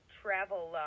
travel